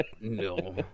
No